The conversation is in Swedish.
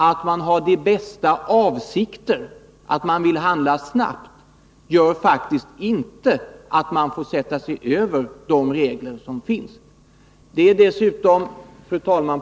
Att man har de bästa avsikter och att man vill handla snabbt gör faktiskt inte att man får sätta sig över de regler som finns. Fru talman!